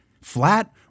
flat